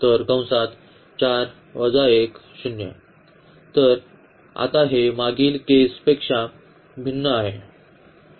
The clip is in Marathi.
तर आता हे मागील केसापेक्षा भिन्न आहे